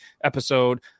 episode